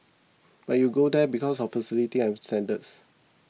but you go there because of facilities and standards